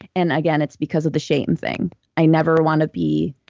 and again, it's because of the shame thing i never want to be